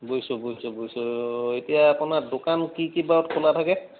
বুইছোঁ বুইছোঁ বুইছোঁ এতিয়া আপোনাৰ দোকান কি কি বাৰত খোলা থাকে